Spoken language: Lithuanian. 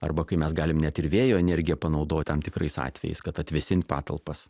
arba kai mes galim net ir vėjo energiją panaudot tam tikrais atvejais kad atvėsint patalpas